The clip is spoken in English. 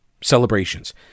celebrations